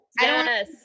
Yes